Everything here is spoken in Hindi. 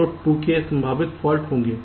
तो 2k संभावित फाल्ट होंगे